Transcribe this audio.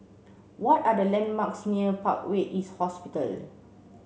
what are the landmarks near Parkway East Hospital